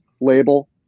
label